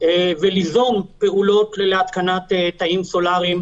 וליזום פעולות להתקנת תאים סולאריים,